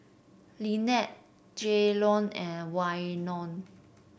Lynnette Jaylon and Waino